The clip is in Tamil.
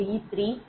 6933 ஆகும்